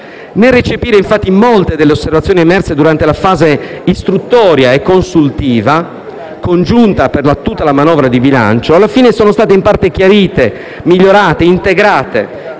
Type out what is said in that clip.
Nel recepire, infatti, molte delle osservazioni emerse durante la fase istruttoria e consultiva congiunta per tutta la manovra di bilancio, alla fine sono state in parte chiarite, migliorate e integrate